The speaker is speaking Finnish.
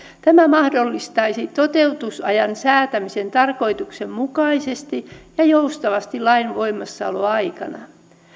tämä mahdollistaisi toteutusajan säätämisen tarkoituksenmukaisesti ja joustavasti lain voimassaoloaikana